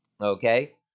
Okay